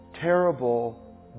terrible